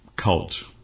Cult